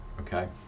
okay